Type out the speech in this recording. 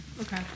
Okay